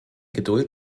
geduld